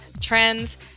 trends